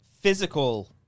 physical